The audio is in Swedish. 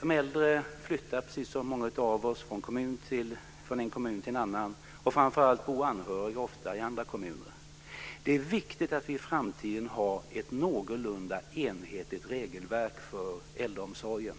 De äldre flyttar, precis som många av oss andra, från en kommun till en annan. Framfört allt bor anhöriga ofta i andra kommuner. Det är viktigt att vi i framtiden har ett någorlunda enhetligt regelverk för äldreomsorgen.